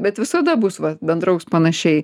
bet visada bus va bendraus panašiai